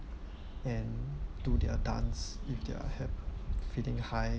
and do their dance if they are hap~ feeling hi~